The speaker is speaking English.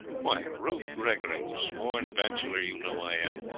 why, ruth gregory, whose sworn bachelor you know i am,